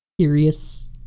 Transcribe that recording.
Curious